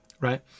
right